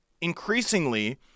increasingly